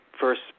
first